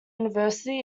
university